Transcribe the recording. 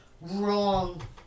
wrong